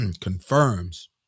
confirms